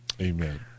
Amen